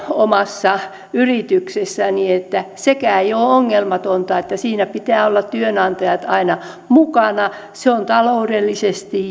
omassa yrityksessäni että sekään ei ole ongelmatonta että siinä pitää olla työnantajan aina mukana se ei ole taloudellisesti